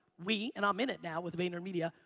we, and i'm in it now with vaynermedia,